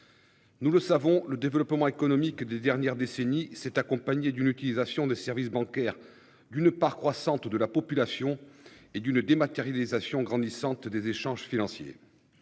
Nous le savons, le développement économique des dernières décennies s'est accompagnée d'une utilisation des services bancaires d'une part croissante de la population et d'une dématérialisation grandissante des échanges financiers.